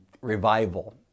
revival